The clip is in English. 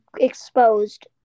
exposed